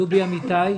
דובי אמיתי,